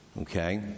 Okay